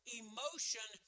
emotion